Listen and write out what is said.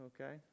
okay